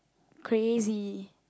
crazy